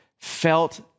felt